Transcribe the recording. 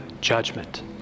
judgment